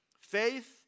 faith